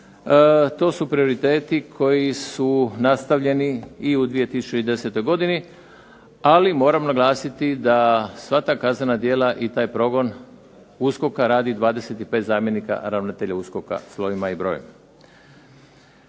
to su prioriteti koji su nastavljeni i u 2010. godini. Ali, moram naglasiti da sva ta kaznena djela i taj progon USKOK-a radi 25 zamjenika ravnatelja USKOK-a, slovima i brojem.